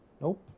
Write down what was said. Nope